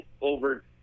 over